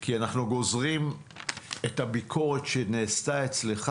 כי אנחנו גוזרים את הביקורת שנעשתה אצלך